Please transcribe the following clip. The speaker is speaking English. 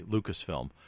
Lucasfilm